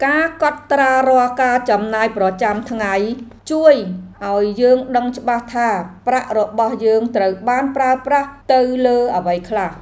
ការកត់ត្រារាល់ការចំណាយប្រចាំថ្ងៃ ជួយឱ្យយើងដឹងច្បាស់ថាប្រាក់របស់យើងត្រូវបានប្រើប្រាស់ទៅលើអ្វីខ្លះ។